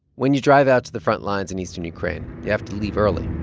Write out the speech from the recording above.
when you drive out to the front lines in eastern ukraine, you have to leave early.